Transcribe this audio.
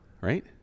right